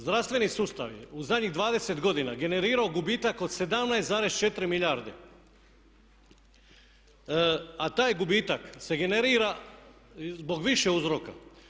Zdravstveni sustav je u zadnjih 20 godina generirao gubitak od 17,4 milijarde, a taj gubitak se generira zbog više uzroka.